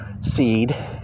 seed